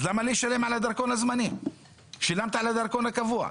אז למה לשלם על הדרכון הזמני אם שילמת על הדרכון הקבוע?